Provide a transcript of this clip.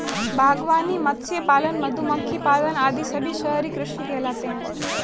बागवानी, मत्स्य पालन, मधुमक्खी पालन आदि सभी शहरी कृषि कहलाते हैं